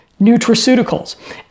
nutraceuticals